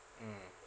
mm